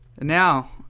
Now